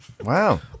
Wow